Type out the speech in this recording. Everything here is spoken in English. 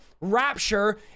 rapture